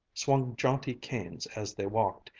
swung jaunty canes as they walked,